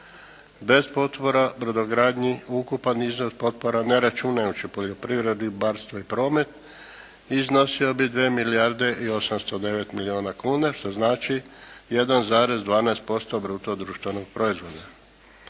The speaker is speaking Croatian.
potpora brodogradnji ukupan iznos potpora ne računajući u poljoprivredi, ribarstvo i promet iznosio bi 2 milijarde i 809 milijuna kuna što znači 1,12% bruto društvenog proizvoda.